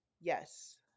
yes